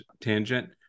tangent